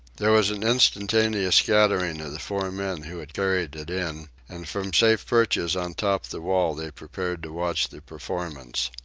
there was an instantaneous scattering of the four men who had carried it in, and from safe perches on top the wall they prepared to watch the performance.